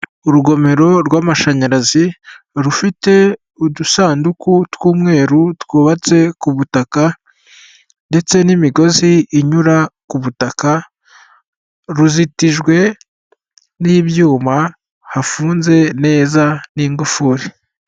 Urugomero rw'amashanyarazi rufite udusanduku tw'umweru twubatse ku butaka ndetse n'imigozi inyura ku butaka ruzitijwe n'ibyuma hafunze neza n'ingufuri.